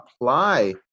apply